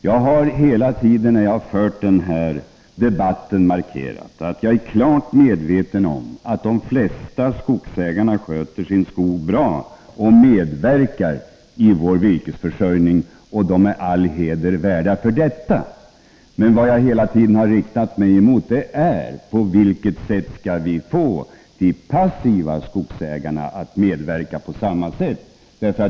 Jag har hela tiden när jag har fört den här debatten markerat att jag är klart medveten om att de flesta skogsägarna sköter sin skog bra och medverkar i vår virkesförsörjning; de är all heder värda för detta. Vad jag har tagit upp är frågeställningen: Hur skall vi få de passiva skogsägarna att medverka på samma sätt?